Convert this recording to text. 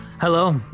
Hello